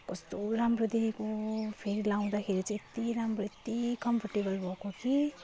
कस्तो राम्रो देखिएको फेरि लगाउँदाखेरि चाहिँ यत्ति राम्रो यत्ति कम्फर्टेबल भएको कि